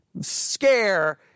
scare